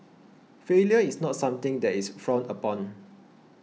failure is not something that is frowned upon